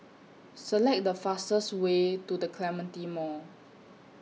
Select The fastest Way to The Clementi Mall